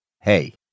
Hey